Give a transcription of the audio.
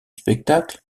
spectacle